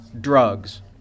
drugs